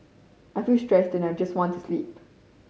I feel stressed and just want to sleep